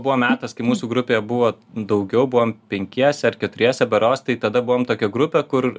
buvo metas kai mūsų grupėje buvo daugiau buvom penkiese ar keturiese berods tai tada buvom tokia grupė kur